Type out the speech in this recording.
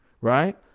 Right